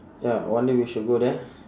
ya one day we should go there